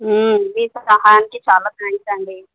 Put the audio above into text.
మీకు సహాయానికి చాలా థ్యాంక్స్ అండి